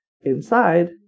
inside